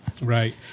right